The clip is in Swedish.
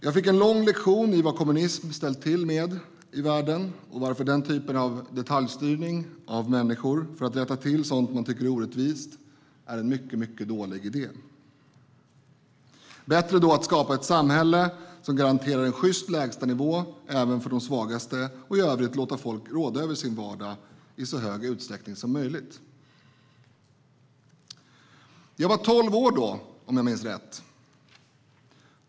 Jag fick en lång lektion om vad kommunism ställt till med i världen och varför den typen av detaljstyrning av människor, för att rätta till sådant man tycker är orättvist, är en mycket dålig idé. Då är det bättre att skapa ett samhälle som garanterar en sjyst lägstanivå, även för de svagaste, och som i övrigt låter folk råda över sin vardag i så hög utsträckning som möjligt. Jag var tolv år då, om jag minns rätt.